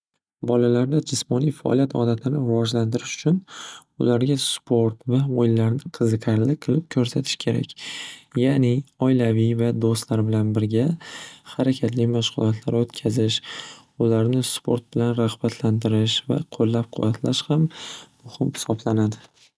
Bolalarda jismoniy faoliyat odatini rivojlantirish uchun ularga sport va o'yinlarni qiziqarli qilib ko'rsatish kerak, ya'ni oilaviy va do'stlar bilan birga harakatli mashg'ulotlar o'tkazish ularni sport bilan rag'batlantirish va qo'llab quvvatlash ham muhim hisoblanadi.